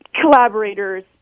collaborators